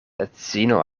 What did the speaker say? edzino